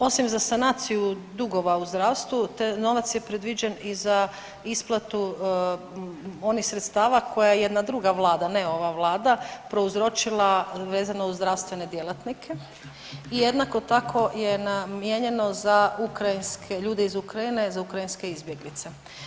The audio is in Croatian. Osim za sanaciju dugova u zdravstvu taj novac je predviđen i za isplatu onih sredstava koja jedna druga vlada, ne ova vlada, prouzročila vezano uz zdravstvene djelatnike i jednako tako je namijenjeno za ukrajinske ljude iz Ukrajine za ukrajinske izbjeglice.